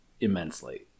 immensely